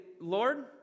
Lord